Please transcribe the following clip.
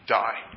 die